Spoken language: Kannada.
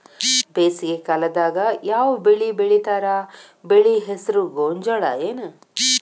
ಬೇಸಿಗೆ ಕಾಲದಾಗ ಯಾವ್ ಬೆಳಿ ಬೆಳಿತಾರ, ಬೆಳಿ ಹೆಸರು ಗೋಂಜಾಳ ಏನ್?